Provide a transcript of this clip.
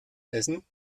essen